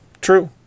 true